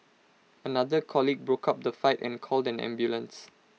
another colleague broke up the fight and called an ambulance